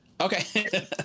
Okay